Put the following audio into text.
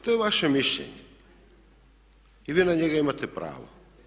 To je vaše mišljenje i vi na njega imate pravo.